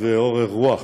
ואורך רוח.